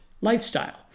lifestyle